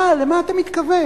אה, למה אתה מתכוון?